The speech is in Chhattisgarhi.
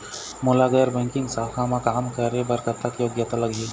मोला गैर बैंकिंग शाखा मा काम करे बर कतक योग्यता लगही?